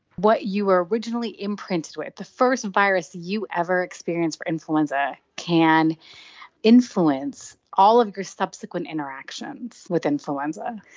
what you were originally imprinted with, the first virus you ever experienced for influenza can influence all of your subsequent interactions with influenza.